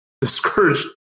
Discouraged